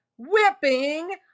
whipping